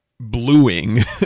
Bluing